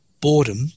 boredom